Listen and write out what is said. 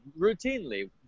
Routinely